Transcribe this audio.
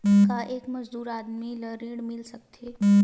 का एक मजदूर आदमी ल ऋण मिल सकथे?